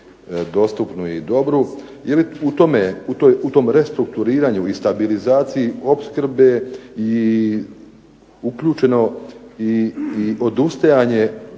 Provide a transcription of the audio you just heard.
informaciju dobru je li u tom restrukturiranju i stabilizaciji opskrbe uključeno i odustajanje